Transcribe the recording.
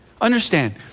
Understand